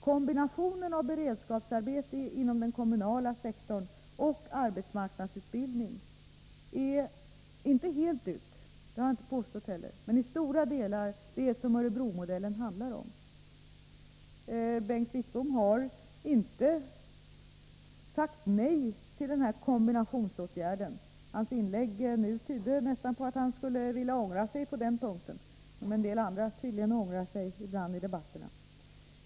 Kombinationen av beredskapsarbete inom den kommunala sektorn och arbetsmarknadsutbildning är inte fullt ut — det har jag inte heller påstått — men till stora delar det som Örebromodellen handlar om. Bengt Wittbom har inte sagt nej till denna kombinationsåtgärd. Hans inlägg nu tydde nästan på att han ångrar sig på den punkten — som en del andra tydligen ångrar sig ibland i debatterna.